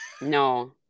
no